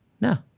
No